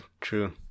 true